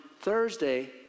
Thursday